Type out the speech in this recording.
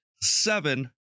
seven